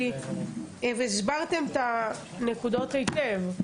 כי הסברתם את הנקודות היטב.